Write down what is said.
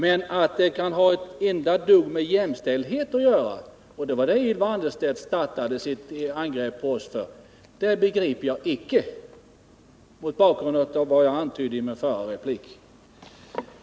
Men att det kan ha ett enda dugg med jämställdhet att göra — och det var med anledning av detta som Ylva Annerstedt startade sitt angrepp mot oss — begriper jag, mot bakgrund av vad jag antydde i min förra replik, icke.